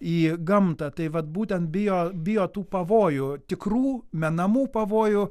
į gamtą tai vat būtent bijo bijo tų pavojų tikrų menamų pavojų